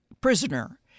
Prisoner